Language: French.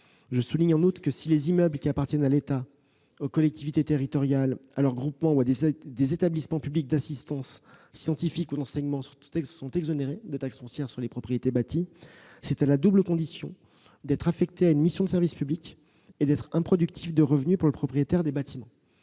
je souligne que, si les immeubles qui appartiennent à l'État, aux collectivités territoriales, à leurs groupements ou à des établissements publics d'assistance scientifique ou d'enseignement sont exonérés de taxe foncière sur les propriétés bâties, c'est à la double condition d'être affectés à une mission de service public et d'être improductifs de revenus pour le propriétaire des bâtiments.